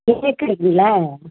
cake கிடைக்குங்களா